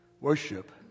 worship